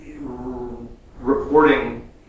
Reporting